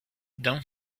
don’t